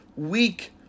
Week